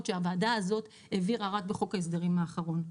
שהוועדה הזאת העבירה רק בחוק ההסדרים האחרון.